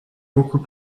beaucoup